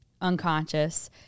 unconscious